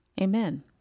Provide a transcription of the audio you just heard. Amen